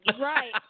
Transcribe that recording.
Right